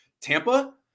Tampa